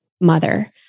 mother